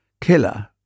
killer